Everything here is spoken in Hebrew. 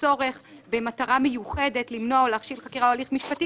צורך במטרה מיוחדת למנוע או להכשיל תהליך משפטי,